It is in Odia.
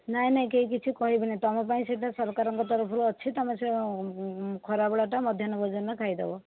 ନାହିଁ ନାହିଁ କେହି କିଛି କହିବେନି ତୁମ ପାଇଁ ସେଇଟା ସରକାରଙ୍କ ତରଫରୁ ଅଛି ତୁମେ ସେ ଖରାବେଳଟା ମଧ୍ୟାହ୍ନ ଭୋଜନ ଖାଇଦେବ